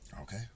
okay